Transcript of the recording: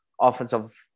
offensive